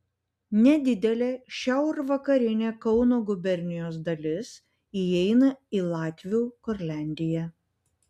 nedidelė šiaurvakarinė kauno gubernijos dalis įeina į latvių kurliandiją